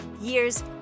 years